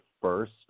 first